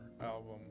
album